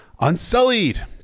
Unsullied